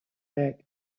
back